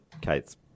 Kate's